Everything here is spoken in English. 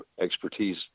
expertise